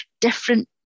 different